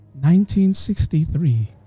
1963